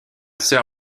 sœur